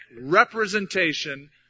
representation